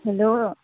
hello